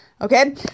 Okay